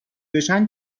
بشن